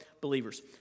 believers